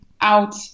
out